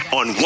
on